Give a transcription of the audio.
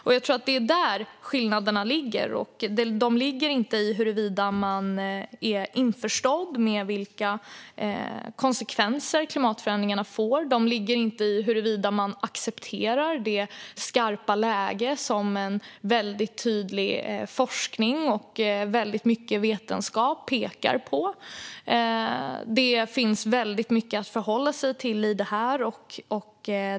Det är där skillnaderna ligger. De ligger inte i huruvida man är införstådd med vilka konsekvenser klimatförändringarna får. De ligger inte i huruvida man accepterar det skarpa läge som en väldigt tydlig forskning och väldigt mycket vetenskap pekar på. Det finns väldigt mycket att förhålla sig till här.